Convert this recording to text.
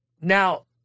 Now